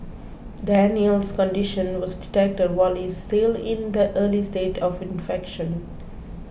Daniel's condition was detected while he is still in the early stage of infection